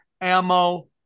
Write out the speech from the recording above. ammo